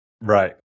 Right